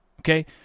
Okay